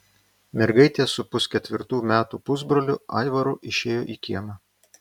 mergaitė su pusketvirtų metų pusbroliu aivaru išėjo į kiemą